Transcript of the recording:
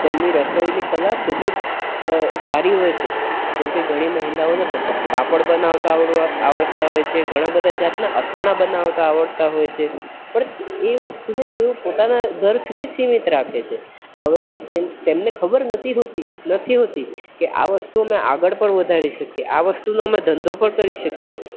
તેમની રસોઈની કલા ખૂબ જ સારી હોય છે જેમકે ઘણી મહિલાઓને પાપડ બનાવતાં આવડ આવડતાં હોય છે ઘણી બધી જાતના અથાણાં બનાવતાં આવડતાં હોય છે પણ એ વસ્તુને તેઓ પોતાના ઘર સુધીજ સીમિત રાખે છે હવે તેન તેમને ખબર નથી હોતી નથી હોતી કે આ વસ્તુ અમે આગળ પણ વધારી શકીએ આ વસ્તુનો અમે ધંધો પણ કરી શકીએ